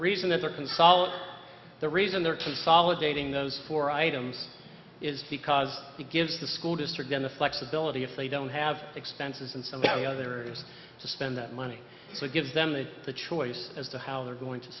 reason this works and so the reason they're consolidating those four items is because he gives the school district in the flexibility if they don't have expenses and some others to spend that money so it gives them a choice as to how they're going to